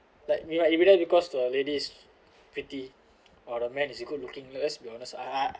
like maybe like because to a lady's pretty or the man is he good looking let us be honest I I